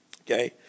Okay